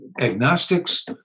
agnostics